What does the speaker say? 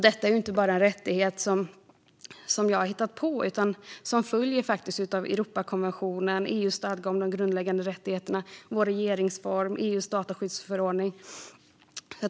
Det här är inte något som jag har hittat på, utan den här rättigheten följer faktiskt av Europakonventionen, EU:s stadga om de grundläggande rättigheterna, vår regeringsform och EU:s dataskyddsförordning.